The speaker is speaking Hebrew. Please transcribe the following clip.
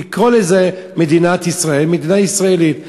לקרוא לזה מדינת ישראל, מדינה ישראלית.